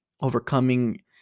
overcoming